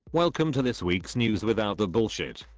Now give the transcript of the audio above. welcome to this week's news without the bullshit.